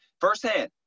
firsthand